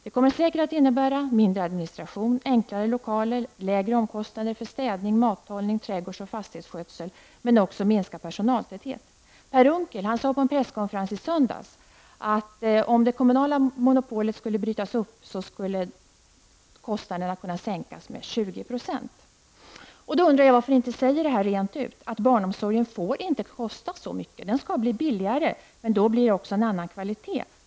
Det kommer säkert att innebära mindre administration, enklare lokaler, lägre omkostnader för städning, mathållning, trädgårds och fastighetsskötsel, men också minskad personaltäthet.'' Per Unckel sade på en presskonferens i söndags att om det kommunala monopolet skulle brytas upp skulle kostnaderna sänkas med 20 %. Varför säger ni inte rent ut att barnomsorgen inte får kosta så mycket? Den skall bli billigare, men då blir det också en annan kvalitet.